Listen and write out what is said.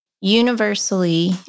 Universally